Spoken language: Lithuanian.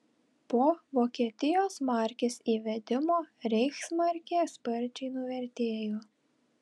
po vokietijos markės įvedimo reichsmarkė sparčiai nuvertėjo